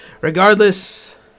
Regardless